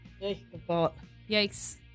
Yikes